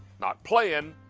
not playing.